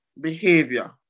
behavior